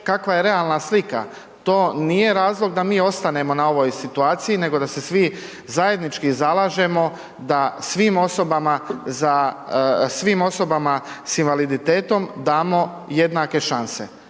kakva je realna slika, to nije razlog da mi ostanemo na ovoj situaciji nego da se svi zajednički zalažemo da svim osobama sa invaliditetom damo jednake šanse